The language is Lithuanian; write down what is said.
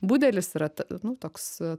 budelis yra ta nu toks